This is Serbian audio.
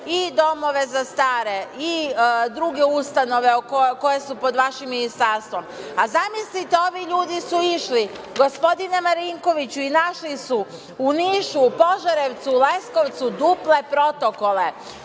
i domove za stare i druge ustanove koje su pod vašim ministarstvom. Zamislite, ovi ljudi su išli, gospodine Marinkoviću, i našli su u Nišu, u Požarevcu, u Leskovcu duple protokole.